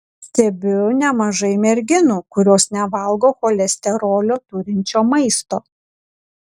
stebiu nemažai merginų kurios nevalgo cholesterolio turinčio maisto